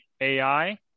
AI